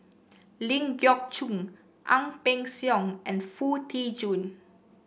Ling Geok Choon Ang Peng Siong and Foo Tee Jun